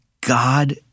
God